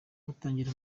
batangira